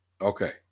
Okay